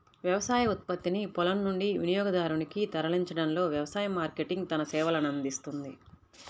వ్యవసాయ ఉత్పత్తిని పొలం నుండి వినియోగదారునికి తరలించడంలో వ్యవసాయ మార్కెటింగ్ తన సేవలనందిస్తుంది